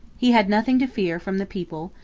he had nothing to fear from the people,